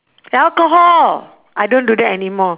alcohol I don't do that anymore